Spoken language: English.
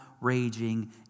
raging